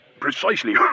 Precisely